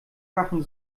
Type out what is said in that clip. fachem